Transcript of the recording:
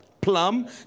plum